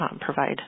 provide